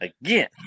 again